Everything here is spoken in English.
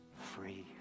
free